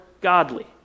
godly